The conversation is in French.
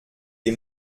des